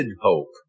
hope